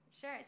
Sure